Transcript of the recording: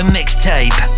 Mixtape